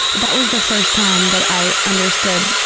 that was the first time that i understood